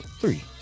three